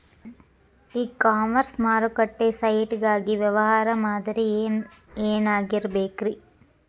E commerce ಮಾರುಕಟ್ಟೆ site ಗಾಗಿ ವ್ಯವಹಾರ ಮಾದರಿ ಏನಾಗಿರಬೇಕ್ರಿ?